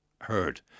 heard